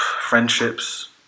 friendships